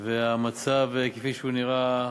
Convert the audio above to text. והמצב, כפי שהוא נראה,